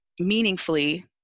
meaningfully